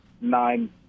nine